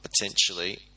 potentially